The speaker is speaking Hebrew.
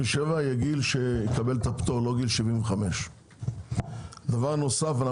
הציבורית יהיה מגיל 67 ולא מגיל 75. דבר נוסף,